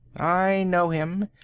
i know him.